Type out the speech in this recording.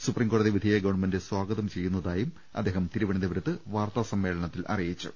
supreme കോടതി വിധിയെ government സ്വാഗതം ചെയ്യുന്നതായും അദ്ദേഹം തിരുവനന്തപുരത്ത് വാർത്താസമ്മേളത്തിൽ അറിയിച്ചു